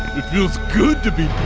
it feels good to be